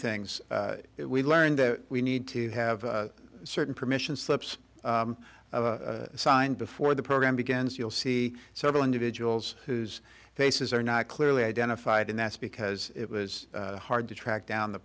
things we learned that we need to have certain permission slips signed before the program begins you'll see several individuals whose faces are not clearly identified and that's because it was hard to track down the